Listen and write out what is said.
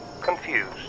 Confused